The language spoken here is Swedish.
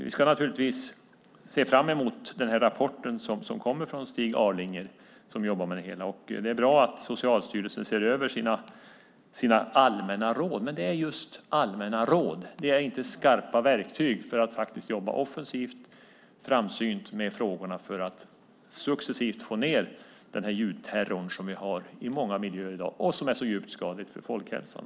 Vi ska naturligtvis se fram emot rapporten från Stig Arlinger. Det är bra att Socialstyrelsen ser över sina allmänna råd. Men de är just allmänna råd och inte skarpa verktyg för att jobba offensivt och framsynt med frågorna för att successivt få ned den ljudterror vi har i många miljöer i dag och som är så skadlig för folkhälsan.